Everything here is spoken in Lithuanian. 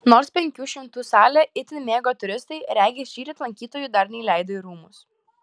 nors penkių šimtų salę itin mėgo turistai regis šįryt lankytojų dar neįleido į rūmus